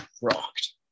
rocked